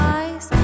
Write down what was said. eyes